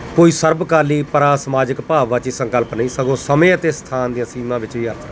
ਕੋਈ ਸਰਬ ਕਾਲੀ ਪਰ ਸਮਾਜਿਕ ਭਾਵਵਾਚੀ ਸੰਕਲਪ ਨਹੀਂ ਸਗੋਂ ਸਮੇਂ ਅਤੇ ਸਥਾਨ ਦੀਆਂ ਸੀਮਾ ਵਿੱਚ ਹੀ ਅਰਥ ਹਨ